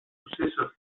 sucesos